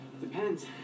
Depends